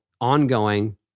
ongoing